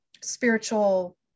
spiritual